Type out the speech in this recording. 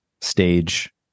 stage